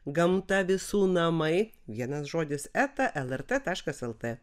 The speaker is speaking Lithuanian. gamta visų namai vienas žodis eta lrt taškas lt